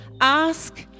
Ask